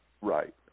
right